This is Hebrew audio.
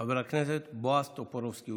חבר הכנסת בועז טופורובסקי,